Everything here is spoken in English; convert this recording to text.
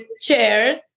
chairs